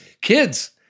Kids